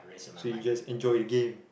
so you just enjoy the game